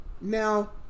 Now